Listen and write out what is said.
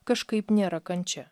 kažkaip nėra kančia